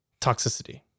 Toxicity